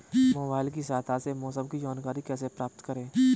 Mobile की सहायता से मौसम की जानकारी कैसे प्राप्त करें?